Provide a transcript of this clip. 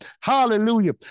hallelujah